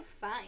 fine